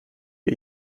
wir